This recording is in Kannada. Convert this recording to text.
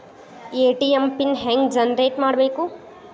ಎ.ಟಿ.ಎಂ ಪಿನ್ ಹೆಂಗ್ ಜನರೇಟ್ ಮಾಡಬೇಕು?